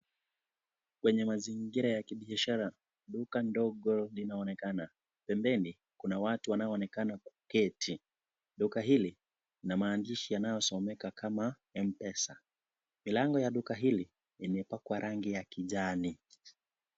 Kwenye mazingira ya kibiashara , duka ndogo linaonekana, pembeni kuna watu wanaonekana kuketi. Duka hili lina maandishi yanyosomeka kama M-pesa, milango ya duka hili imepakwa rangi ya kijani.